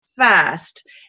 fast